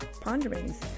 ponderings